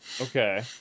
Okay